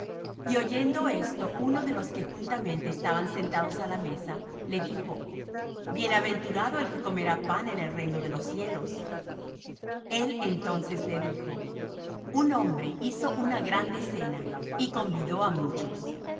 y oyendo esto uno de los que juntamente estaban sentados á la mesa le dijo bienaventurado el que comerá pan en el reino de los cielos el entonces le dijo un hombre hizo una grande cena y convido á muchos